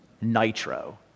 nitro